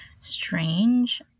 strange